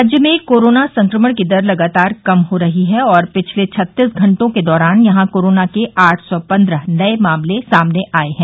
राज्य में कोरोना संक्रमण की दर लगातार कम हो रही है और पिछले छत्तीस घंटों के दौरान यहां कोराना के आठ सौ पन्द्रह नये मामले सामने आये हैं